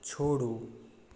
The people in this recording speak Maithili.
छोड़ू